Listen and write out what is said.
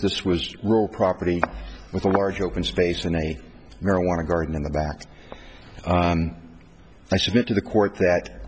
this was real property with a large open space in a marijuana garden in the back i submit to the court that